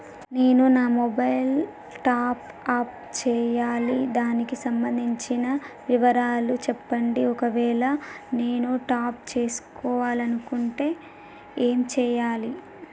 నేను నా mobile top up చేయాలి దానికి సంబంధించిన వివరాలు చెప్పండి ఒకవేళ నేను టాప్ చేసుకోవాలనుకుంటే ఏం చేయాలి?